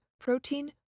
protein